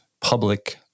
public